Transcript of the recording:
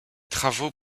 travaux